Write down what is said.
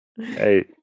Hey